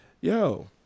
Yo